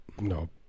no